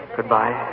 Goodbye